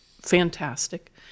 fantastic